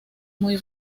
muy